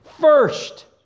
first